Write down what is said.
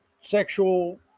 sexual